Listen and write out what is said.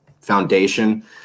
foundation